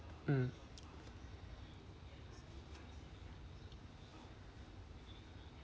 mm